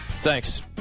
thanks